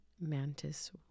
Mantis